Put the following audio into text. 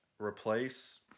replace